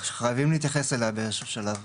חייבים להתייחס אליה באיזה שהוא שלב.